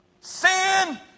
Sin